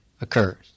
occurs